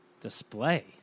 Display